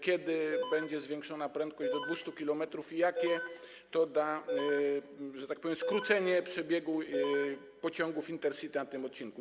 Kiedy będzie zwiększona prędkość do 200 km i jakie to da, że tak powiem, skrócenie przebiegu pociągów Intercity na tym odcinku?